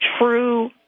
true